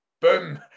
boom